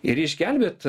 ir išgelbėt